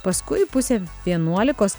paskui pusė vienuolikos